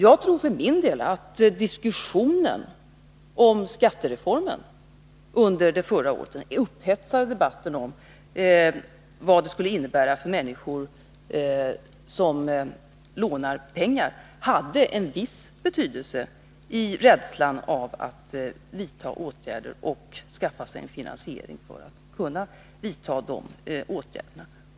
Jag tror för min del att diskussionen om skattereformen under förra året och den upphetsade debatten om vad den skulle innebära för människor som lånar pengar hade en viss betydelse för rädslan att vidta åtgärder och att skaffa sig en finansiering för att kunna vidta de åtgärderna.